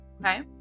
Okay